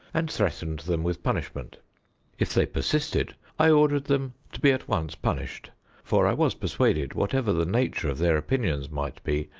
and threatened them with punishment if they persisted, i ordered them to be at once punished for i was persuaded, whatever the nature of their opinions might be,